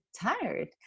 tired